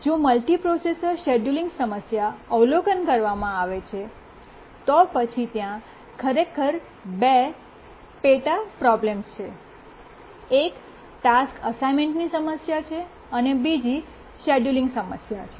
જો multiprocessor scheduling સમસ્યા અવલોકન કરવામાં આવે છે તો પછી ત્યાં ખરેખર 2 પેટા પ્રોબ્લેમ્સ છે એક ટાસ્ક એસાઈનમેન્ટની સમસ્યા છે અને બીજી શેડ્યુલિંગ સમસ્યા છે